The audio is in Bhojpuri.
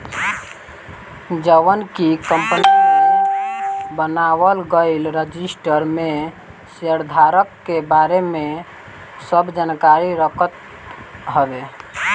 जवन की कंपनी में बनावल गईल रजिस्टर में शेयरधारक के बारे में सब जानकारी रखत हवे